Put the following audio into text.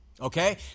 Okay